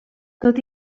tot